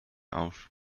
auf